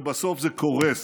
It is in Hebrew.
ובסוף זה קורה.